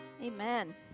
amen